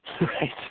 right